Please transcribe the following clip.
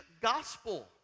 gospel